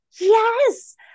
yes